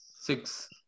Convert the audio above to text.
Six